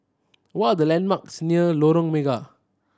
what are the landmarks near Lorong Mega